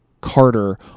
Carter